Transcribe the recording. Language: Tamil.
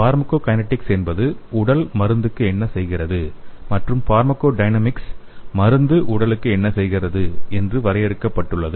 பார்மகோகைனெடிக்ஸ் என்பது உடல் மருந்துக்கு என்ன செய்கிறது மற்றும் பார்மகோடைனமிக்ஸ் மருந்து உடலுக்கு என்ன செய்கிறது என்று வரையறுக்கப்படுகிறது